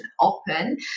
open